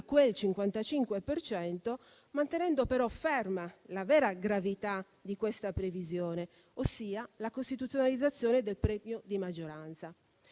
cento, mantenendo però ferma la vera gravità di questa previsione, ossia la costituzionalizzazione del premio di maggioranza.